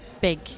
big